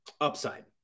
upside